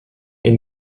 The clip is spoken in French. est